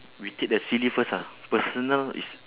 we take the silly first ah personal is